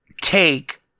take